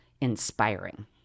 inspiring